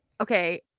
Okay